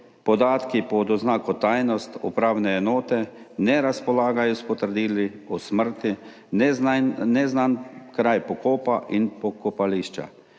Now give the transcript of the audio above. pod oznako tajnost upravne enote ne razpolagajo s potrdili o smrti, neznan kraj pokopa in pokopališča,